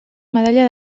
medalla